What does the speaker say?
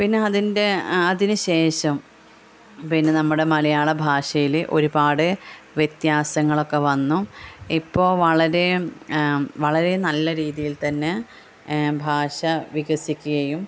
പിന്നെ അതിൻ്റെ അതിന് ശേഷം പിന്നെ നമ്മുടെ മലയാളഭാഷയിൽ ഒരുപാട് വത്യാസങ്ങളൊക്കെ വന്നു ഇപ്പോൾ വളരെ വളരെ നല്ല രീതിയിൽ തന്നെ ഭാഷ വികസിക്കുകയും